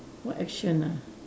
what action ah